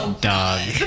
Dog